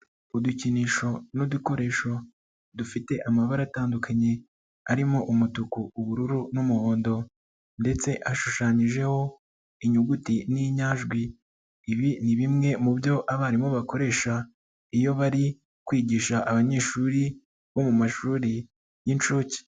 Udukinisho n'udukoresho dufite amabara atandukanye arimo umutuku, ubururu n'umuhondo ndetse ashushanyijeho inyuguti n'inyajwi, ibi ni bimwe mu byo abarimu bakoresha iyo bari kwigisha abanyeshuri bo mu mashuri y'inshuke.